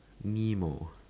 nemo